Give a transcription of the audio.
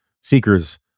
seekers